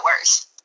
worse